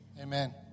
amen